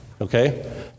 Okay